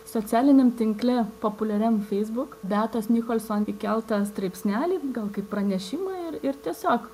socialiniam tinkle populiariam facebook beatos nicholson įkeltą straipsnelį gal kaip pranešimą ir ir tiesiog